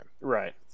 Right